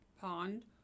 pond